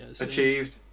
achieved